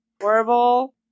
horrible